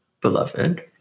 Beloved